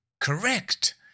correct